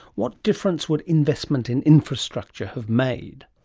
what difference would investment in infrastructure have made?